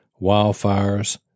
wildfires